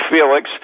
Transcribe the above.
Felix